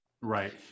Right